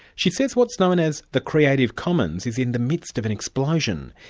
she says what's known as the creative commons is in the midst of an explosion.